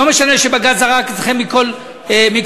לא משנה שבג"ץ זרק אתכם מכל המדרגות.